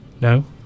No